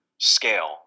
scale